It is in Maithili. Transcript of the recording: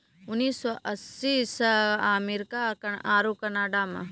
उन्नीस सौ अस्सी से अमेरिका आरु कनाडा मे